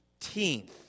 19th